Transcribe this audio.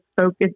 focus